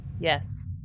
Yes